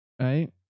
right